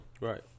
Right